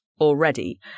already